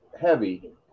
Heavy